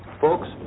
Folks